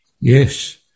Yes